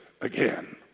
again